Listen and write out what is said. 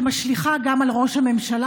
שמשליכה גם על ראש הממשלה,